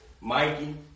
Mikey